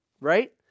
right